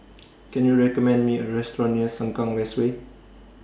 Can YOU recommend Me A Restaurant near Sengkang West Way